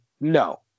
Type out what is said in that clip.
no